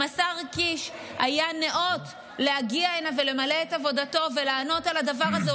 אם השר קיש היה נאות להגיע הנה ולמלא את עבודתו ולענות על הדבר הזה,